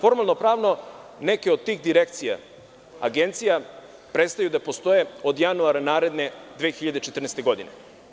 Formalno-pravno neke od tih direkcija, agencija prestaju da postoje od januara naredne 2014. godine.